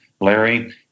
Larry